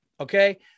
okay